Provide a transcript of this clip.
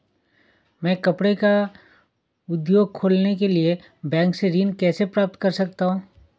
मैं कपड़े का उद्योग खोलने के लिए बैंक से ऋण कैसे प्राप्त कर सकता हूँ?